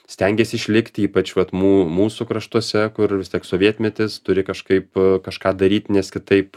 stengies išlikti ypač vat mū mūsų kraštuose kur vis tiek sovietmetis turi kažkaip kašką daryt nes kitaip